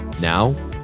now